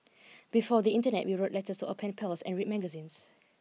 before the internet we wrote letters to our pen pals and read magazines